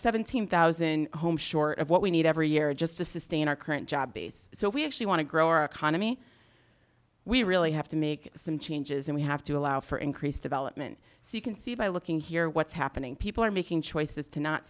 seventeen thousand homes short of what we need every year just to sustain our current job base so we actually want to grow our economy we really have to make some changes and we have to allow for increased development so you can see by looking here what's happening people are making choices to not